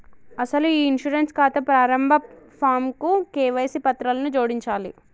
అసలు ఈ ఇన్సూరెన్స్ ఖాతా ప్రారంభ ఫాంకు కేవైసీ పత్రాలను జోడించాలి